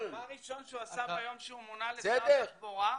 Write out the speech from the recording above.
דבר ראשון שהוא עשה ביום שהוא מונה לשר התחבורה,